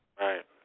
right